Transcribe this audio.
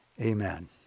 amen